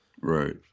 Right